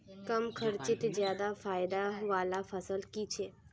कम खर्चोत ज्यादा फायदा वाला फसल की छे?